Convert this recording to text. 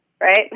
right